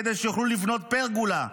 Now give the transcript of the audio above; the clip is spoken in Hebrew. כדי שיוכלו לבנות פרגולה,